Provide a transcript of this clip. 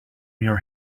your